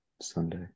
Sunday